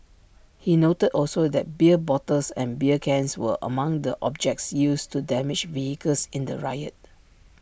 he noted also that beer bottles and beer cans were among the objects used to damage vehicles in the riot